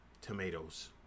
tomatoes